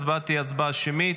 ההצבעה תהיה הצבעה שמית.